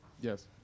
yes